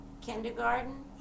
kindergarten